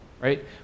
right